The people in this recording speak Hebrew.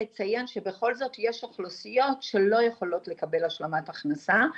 יש לציין שבכל זאת יש אוכלוסיות שלא יכולות לקבל השלמת הכנסה,